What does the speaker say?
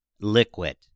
liquid